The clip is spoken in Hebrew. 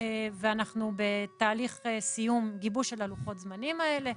ואנחנו בתהליך סיום גיבוש לוחות הזמנים האלה.